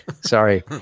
Sorry